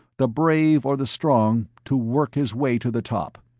the brave or the strong, to work his way to the top.